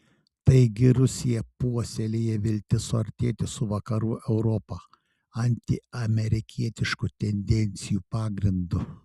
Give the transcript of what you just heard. taigi rusija puoselėja viltis suartėti su vakarų europa antiamerikietiškų tendencijų pagrindu